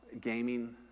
Gaming